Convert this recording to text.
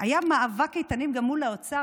היה מאבק איתנים גם מול האוצר,